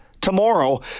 tomorrow